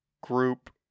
group